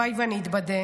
והלוואי שאני אתבדה.